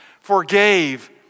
forgave